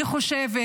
אני חושבת